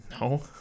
No